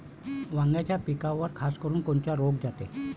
वांग्याच्या पिकावर खासकरुन कोनचा रोग जाते?